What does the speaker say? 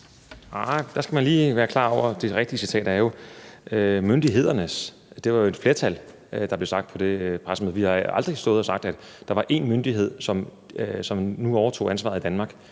Der skal man lige være klar over, at det rigtige citat jo er: myndighederne. Det var jo flertal, der blev sagt på det pressemøde. Vi har aldrig stået og sagt, at der var én myndighed, som nu overtog ansvaret i Danmark.